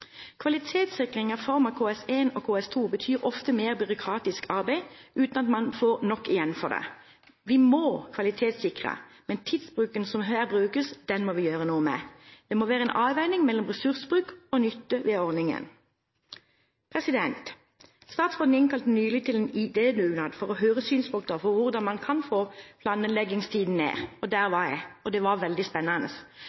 Kvalitetssikring i form av KS1 og KS2 betyr ofte mer byråkratisk arbeid uten at man får nok igjen for det. Vi må kvalitetssikre, men vi må gjøre noe med tidsbruken. Det må være en avveining mellom ressursbruk og nytte ved ordningen. Statsråden innkalte nylig til en idédugnad for å høre synspunkter på hvordan man kan få planleggingstiden ned. Der var jeg, og